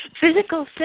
physical